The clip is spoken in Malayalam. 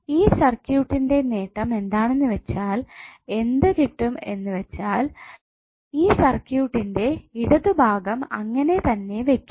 ഈ സർക്യൂട്ടിന്റെ നേട്ടം എന്താണെന്ന് വെച്ചാൽ എന്ത് കിട്ടും എന്ന് വെച്ചാൽ ഈ സർക്യൂട്ടിന്റെ ഇടതു ഭാഗം അങ്ങനെ തന്നെ വെക്കും